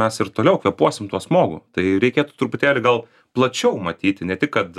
mes ir toliau kvėpuosim tuo smogu tai reikėtų truputėlį gal plačiau matyti ne tik kad